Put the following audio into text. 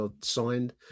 signed